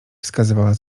wskazywała